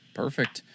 Perfect